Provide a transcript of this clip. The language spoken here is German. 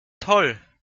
toll